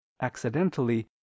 accidentally